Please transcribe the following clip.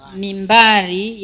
mimbari